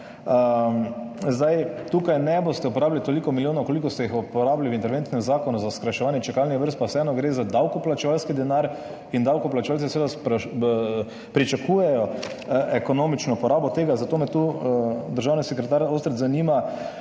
tukaj ne boste uporabili toliko milijonov, kolikor ste jih uporabili v interventnem zakonu za skrajševanje čakalnih vrst, pa vseeno gre za davkoplačevalski denar in davkoplačevalci seveda pričakujejo ekonomično porabo tega, zato me tu, državni sekretar Ostrc, zanima,